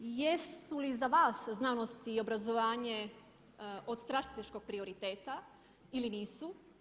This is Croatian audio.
Jesu li za vas znanost i obrazovanje od strateškog prioriteta ili nisu?